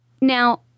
now